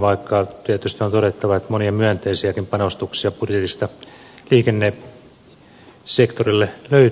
vaikka tietysti on todettava että monia myönteisiäkin panostuksia budjetista liikennesektorille löytyy